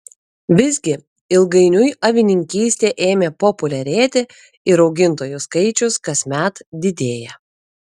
visgi ilgainiui avininkystė ėmė populiarėti ir augintojų skaičius kasmet didėja